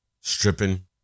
stripping